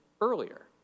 earlier